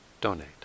donate